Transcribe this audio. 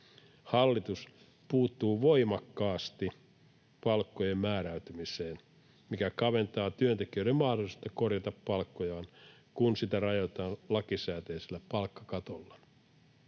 Hallitus puuttuu voimakkaasti palkkojen määräytymiseen, mikä kaventaa työntekijöiden mahdollisuutta korjata palkkojaan, kun sitä rajoitetaan lakisääteisellä palkkakatolla.